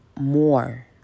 more